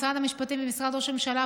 משרד המשפטים ומשרד ראש הממשלה,